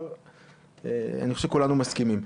אני חושב שכולנו מסכימים.